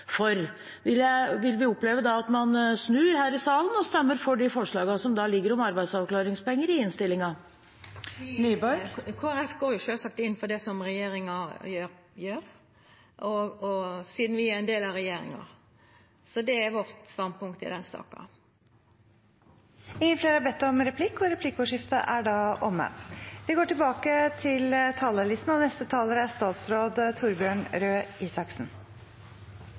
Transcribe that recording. for. Vil man da oppleve at man snur her i salen og stemmer for de forslagene om arbeidsavklaringspenger som ligger i innstillingen? Kristeleg Folkeparti går sjølvsagt inn for det som regjeringa gjer, sidan vi er ein del av regjeringa. Det er standpunktet vårt i den saka. Replikkordskiftet er omme. Ved siden av å være den mest alvorlige helsekrisen i Norge, i hvert fall i etterkrigstiden og sannsynligvis i en del av tiårene før det også, er